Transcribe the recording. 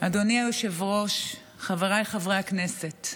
אדוני היושב-ראש, חבריי חברי הכנסת,